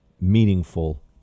meaningful